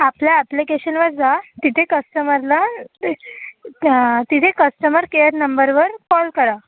आपल्या ऍप्लिकेशनवर जा तिथे कस्टमरला तिथे कस्टमर केयर नंबरवर कॉल करा